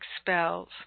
Spells